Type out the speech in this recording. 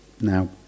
Now